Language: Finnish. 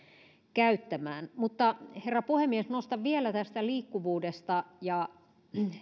käyttämään herra puhemies nostan vielä tästä liikkuvuudesta ja